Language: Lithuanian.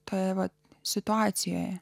tavo situacijoje